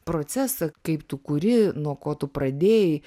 procesą kaip tu kuri nuo ko tu pradėjai